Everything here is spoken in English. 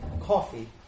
coffee